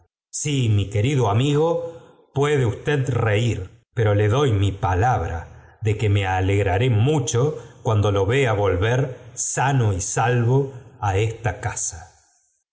sí mi querido amigo puede usted reir pero le doy mi palabra de que me alegraré mucho cuando lo vea volver sano y salvo á esta casa